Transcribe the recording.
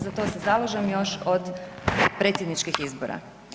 Za to se zalažem još od predsjedničkih izbora.